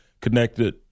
connected